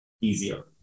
easier